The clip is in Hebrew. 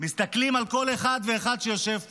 מסתכלים על כל אחד ואחד שיושב פה.